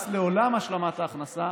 לעולם השלמת ההכנסה